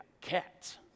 cats